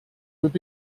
would